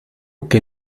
que